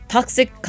Toxic